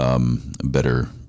better